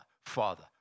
Father